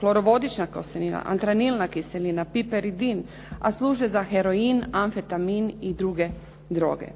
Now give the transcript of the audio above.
Klorovodična kiselina, antranilna kiselina, piperdin, a služe za heroin, amfetamin i druge droge.